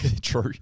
True